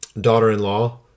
daughter-in-law